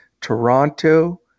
Toronto